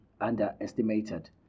underestimated